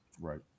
Right